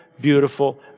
beautiful